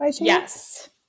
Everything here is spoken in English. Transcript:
yes